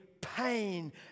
pain